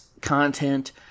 content